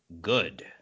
good